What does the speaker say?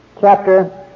chapter